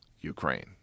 Ukraine